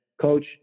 Coach